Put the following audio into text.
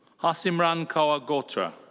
harsimran kaur ghotra.